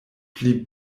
pli